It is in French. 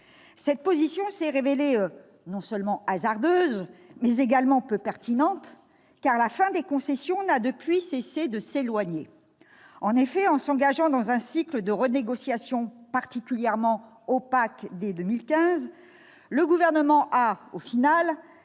Cette position s'est révélée non seulement hasardeuse, mais également peu pertinente, car la fin des concessions n'a depuis lors cessé de s'éloigner. En effet, en s'engageant dans un cycle de renégociation particulièrement opaque dès 2015, le Gouvernement a, au final,